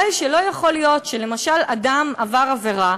הרי לא יכול להיות שלמשל אדם עבר עבירה,